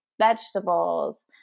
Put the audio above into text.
vegetables